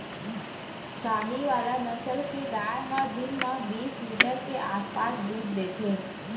साहीवाल नसल के गाय ह दिन म बीस लीटर के आसपास दूद देथे